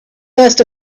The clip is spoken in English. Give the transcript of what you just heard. first